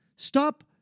Stop